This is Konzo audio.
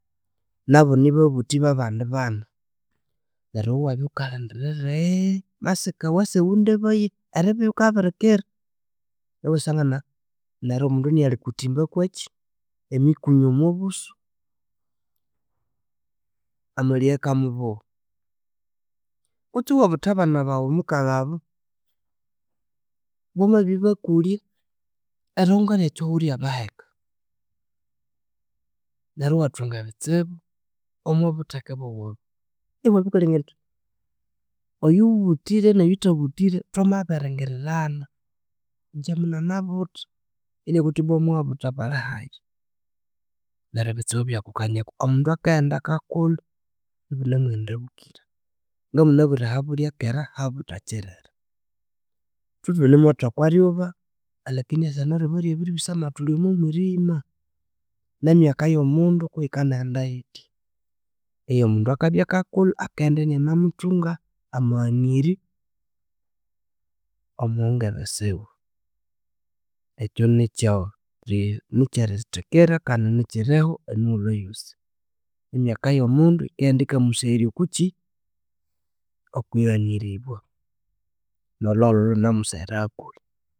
Nabo nibabuthi babandi bana, neryu iwe iwabya wukalindirira masika wase wundebaye eribya wukabirikira iwasangana neryo omundu inalhikuthimba kwekyi emikunyu omwa busu. Amaliye akamubuwa kutsi iwabutha abana bawu mukagha abu wamabibakulhya erihunga eryekyihugho erya baheka. Neryo iwathunga ebitsibu omwa butheke bwawu iwabya wukalengekanya wuthi oyubuthire noyuthabuthire thwamabiriringirirana. Ingye munanabutha inabulhya athi bwa abawabutha balihayi neryo ebitsibu ibyakukanyako. Omundu akaghenda akakulha ibunemuwenda bukira. Ngamunabwire ahabulhyakera habuthakyirire. Thulhwe ithunimwotha okweryuba alakini eseheno erwuba ryabiribisama thuli omwo mwirima. Nemyaka eyomundu kuyika naghenda yithya. omundu akabya akakulha akaghenda inanemuthunga amaghaniryo omongebe siwe. Ekyo nikyori nikyrithikira kandi nikyiriho emiwulhu yosi. Emyaka yomundu yikaghenda yikamusegherya okukyi okughaniribwa. Nolhuholho ilhunemuseghera hakuhi